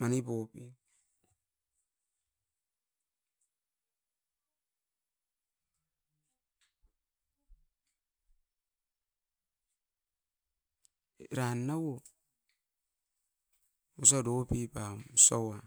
manipope eran nauo osia dopaum osia